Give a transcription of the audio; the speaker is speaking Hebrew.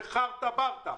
זה חרטה ברטה.